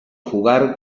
jugar